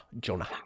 jonah